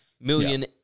million